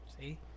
see